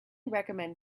recommend